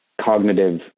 cognitive